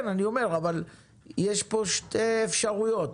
אני אומר שיש כאן שתי אפשרויות,